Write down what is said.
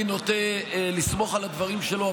אני נוטה לסמוך על הדברים שלו,